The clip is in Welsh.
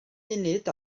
munud